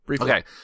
Okay